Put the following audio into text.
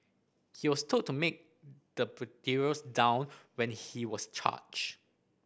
he was told to make the down when he was charged